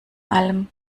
allem